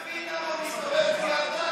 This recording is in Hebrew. עכשיו אני מבין למה הוא מסתובב בלי ארנק,